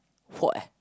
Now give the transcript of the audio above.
forty